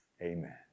Amen